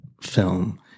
film